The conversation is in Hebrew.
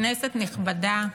כנסת נכבדה,